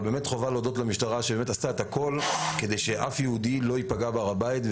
חובה להודות למשטרה שעשתה הכל כדי שאף יהודי לא ייפגע בהר הבית,